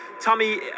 Tommy